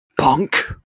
punk